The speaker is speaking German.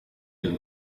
ihre